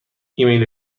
ایمیل